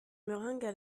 meringues